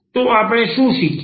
તો આપણે શું શીખ્યા